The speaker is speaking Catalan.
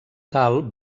tal